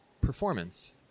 performance